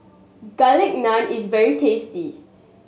Garlic Naan is very tasty